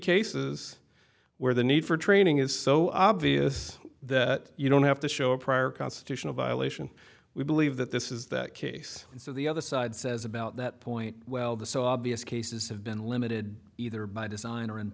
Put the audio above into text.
cases where the need for training is so obvious that you don't have to show a prior constitutional violation we believe that this is that case and so the other side says about that point well the so obvious cases have been limited either by design